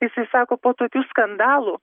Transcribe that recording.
jisai sako po tokių skandalų